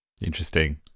Interesting